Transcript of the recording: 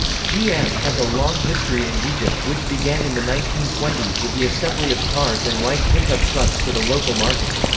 gm has a long history in egypt which began in the nineteen twenty s with the assembly of cars and light pickup trucks for the local market.